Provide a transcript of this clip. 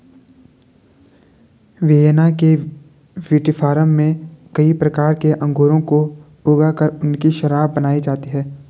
Vienna के विटीफार्म में कई प्रकार के अंगूरों को ऊगा कर उनकी शराब बनाई जाती है